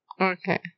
Okay